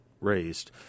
raised